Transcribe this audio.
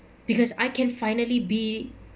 because I can finally be